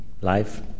Life